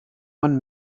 man